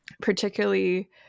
Particularly